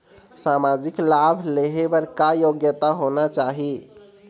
सामाजिक लाभ लेहे बर का योग्यता होना चाही?